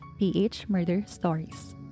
phmurderstories